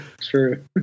True